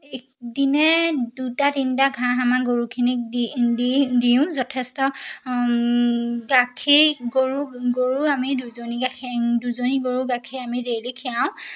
দিনে দুটা তিনিটা ঘাঁহ আমা গৰুখিনিক দি দিওঁ যথেষ্ট গাখীৰ গৰু গৰু আমি দুজনী গাখীৰ দুজনী গৰু গাখীৰ আমি ডেইলি খেৰাওঁ